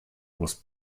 was